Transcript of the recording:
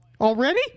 Already